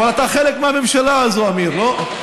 אבל אתה חלק מהממשלה הזאת, אמיר, לא?